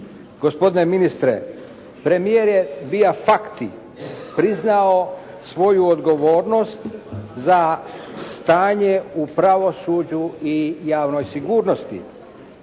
Gospodine ministre, premijer je via facti priznao svoju odgovornost za stanje u pravosuđu i javnoj sigurnosti.